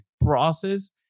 process